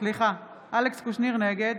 נגד